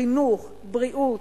חינוך, בריאות,